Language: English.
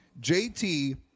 jt